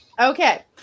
Okay